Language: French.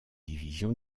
division